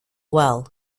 well